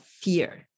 fear